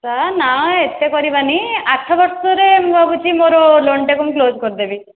sir ନା ଏତେ କରିବାନି ଆଠ ବର୍ଷରେ ମୁଁ ଭାବୁଛି ମୋର ଲୋନ୍ଟାକୁ ମୁଁ କ୍ଲୋଜ୍ କରିଦେବି